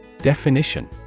Definition